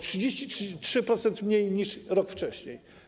33% mniej niż rok wcześniej.